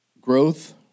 growth